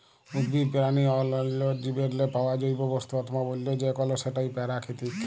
উদ্ভিদ, পেরানি অ অল্যাল্য জীবেরলে পাউয়া জৈব বস্তু অথবা অল্য যে কল সেটই পেরাকিতিক